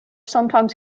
sometimes